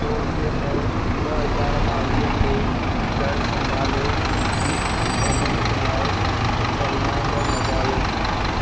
चोवीह पंज ॿ हज़ार ॿावीह ते घरु संभाल जी पेमेंट लाइ हिकु रिमाइंडर लॻायो